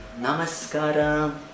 Namaskaram